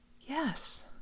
yes